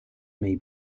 may